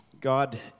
God